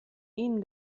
ihnen